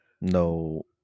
No